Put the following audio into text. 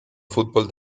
fútbol